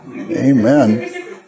Amen